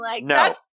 No